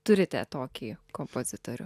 turite tokį kompozitorių